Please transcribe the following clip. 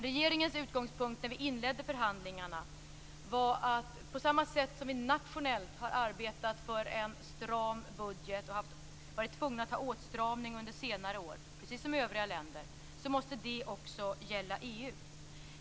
Regeringens utgångspunkt när vi inledde förhandlingarna var att vi nationellt - precis som övriga länder - har arbetat för en stram budget och varit tvungna att strama åt under senare år. Det måste också gälla för EU.